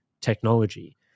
technology